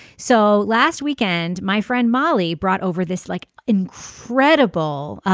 so last weekend my friend molly brought over this like incredible.